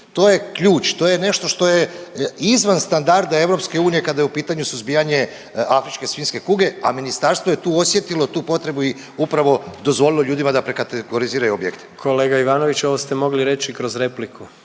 To je ključ, to je nešto što je izvan standarda EU kada je pitanju suzbijanje afričke svinjske kuge, a ministarstvo je tu osjetilo tu potrebu i upravo dozvolilo ljudima da prekategoriziraju objekte. **Jandroković, Gordan (HDZ)** Kolega Ivanoviću ovo ste mogli reći kroz repliku